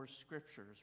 scriptures